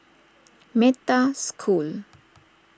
Metta School